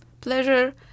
pleasure